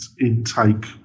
intake